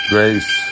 Grace